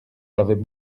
avaient